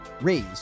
raise